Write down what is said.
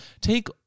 take